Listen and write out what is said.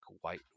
white